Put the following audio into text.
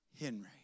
Henry